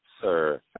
Sir